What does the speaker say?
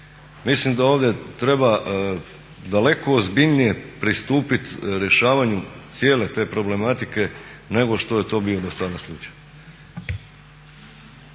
Mislim da ovdje treba daleko ozbiljnije pristupiti rješavanju cijele te problematike nego što je to bio dosada slučaj.